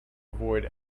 avoid